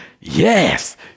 yes